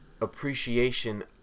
appreciation